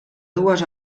dues